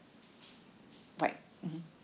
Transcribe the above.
right mmhmm